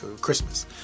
Christmas